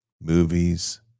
movies